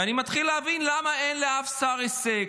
ואני מתחיל להבין למה אין לאף שר הישג.